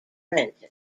renton